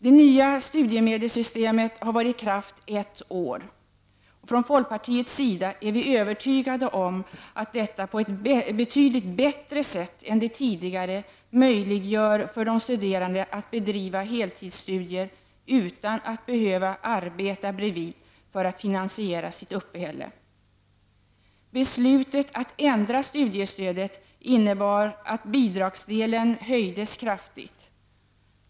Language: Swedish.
Det nya studiemedelssystemet har varit i kraft ett år. Från folkpartiets sida är vi övertygade om att detta på ett betydligt bättre sätt än det tidigare möjliggör för de studerande att bedriva heltidsstudier utan att behöva arbeta bredvid för att finansiera sitt uppehälle. Beslutet att ändra studistödet innebar att bidragsdelen höjdes kraftigt.